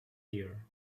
year